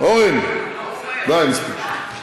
אורן, די, מספיק.